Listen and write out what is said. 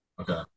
Okay